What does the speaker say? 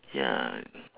ya